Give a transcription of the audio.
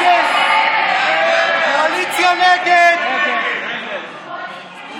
ההצעה להעביר לוועדה את הצעת חוק הבחירות (דרכי תעמולה) (תיקון,